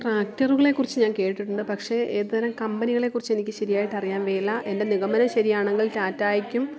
ട്രാക്ടറുകളെ കുറിച്ച് ഞാൻ കേട്ടിട്ടുണ്ട് പക്ഷേ ഏത് തരം കമ്പനികളെ കുറിച്ച് എനിക്ക് ശരിയായിട്ട് അറിയാൻ മേല എൻ്റെ നിഗമനം ശരിയാണെങ്കിൽ ടാറ്റയ്ക്കും